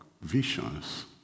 visions